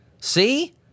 See